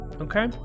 okay